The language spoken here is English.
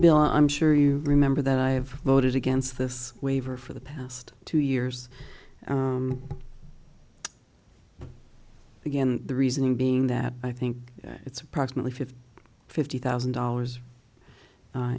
bill i'm sure you remember that i have voted against this waiver for the past two years again the reasoning being that i think it's approximately fifty fifty